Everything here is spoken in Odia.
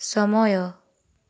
ସମୟ